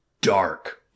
dark